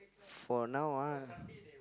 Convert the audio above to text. for now ah